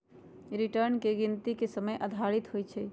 return की गिनति के समय आधारित होइ छइ